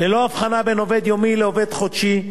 ללא הבחנה בין עובד יומי לעובד חודשי.